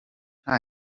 nta